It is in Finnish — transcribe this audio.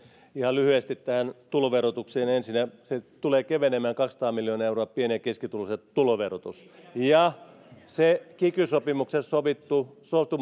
ihan lyhyesti tähän tuloverotukseen ensinnä se tulee kevenemään kaksisataa miljoonaa euroa pieni ja keskituloisilla tuloverotus ja se kiky sopimuksessa sovittu sotu